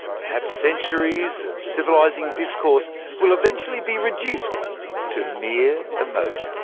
perhaps centuries of civilising discourse will eventually be reduced to mere emoji?